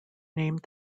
named